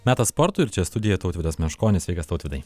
metas sportui ir čia studijoj tautvydas meškonis sveikas tautvydai